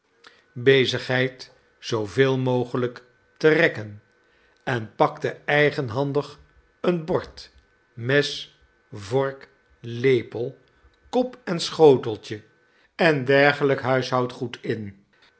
zigheid zooveel mogelijk te rekken en pakte eigenhandig een bord mes vork lepel kop en schoteltje en dergelyk huishoudgoed in